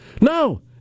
No